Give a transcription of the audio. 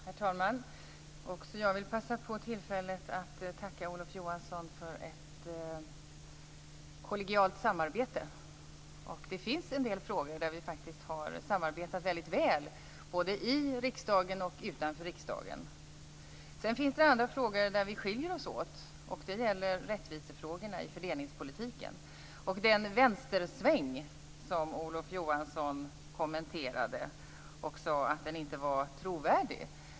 Herr talman! Också jag vill passa på tillfället att tacka Olof Johansson för ett kollegialt samarbete. Det finns en del frågor där vi faktiskt har samarbetat väldigt väl både i riksdagen och utanför riksdagen. Sedan finns det andra frågor där vi skiljer oss åt. Det gäller rättvisefrågorna i fördelningspolitiken och den vänstersväng som Olof Johansson kommenterade. Han sade att den inte var trovärdig.